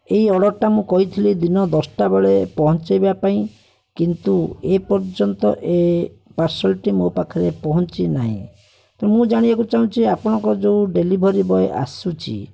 ଏହି ଅର୍ଡ଼ରଟା ମୁଁ କହିଥିଲି ଦିନ ଦଶଟା ବେଳେ ପହଞ୍ଚାଇବା ପାଇଁ କିନ୍ତୁ ଏପର୍ଯ୍ୟନ୍ତ ଏ ପାର୍ସଲ୍ଟି ମୋ ପାଖରେ ପହଞ୍ଚି ନାହିଁ ତ ମୁଁ ଜାଣିବାକୁ ଚାଁହୁଛି ଆପଣଙ୍କର ଯେଉଁ ଡେଲିଭରି ବଏ ଆସୁଛି